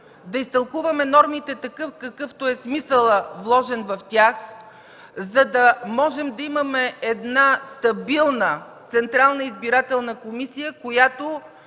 да изтълкуваме нормите в смисъла – такъв, какъвто е заложен в тях, за да можем да имаме стабилна Централна избирателна комисия, която